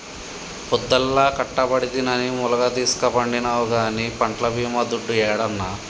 పొద్దల్లా కట్టబడితినని ములగదీస్కపండినావు గానీ పంట్ల బీమా దుడ్డు యేడన్నా